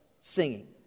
singing